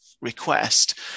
request